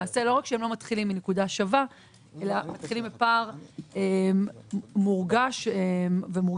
למעשה לא רק שלא מתחילים מנקודה שווה אלא מתחילים בפער מורגש מאוד.